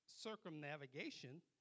circumnavigation